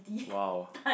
!wow!